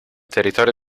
territorio